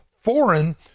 foreign